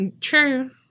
True